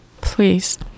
please